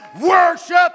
worship